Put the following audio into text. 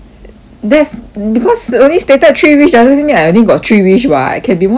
that's because they only stated three wish doesn't mean I only got three wish [what] can be more than that ah